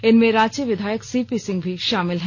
इनमें रांची विधायक सीपी सिंह भी शामिल हैं